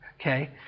Okay